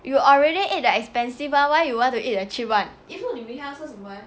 you already eat the expensive [one] why you want to eat a cheap [one]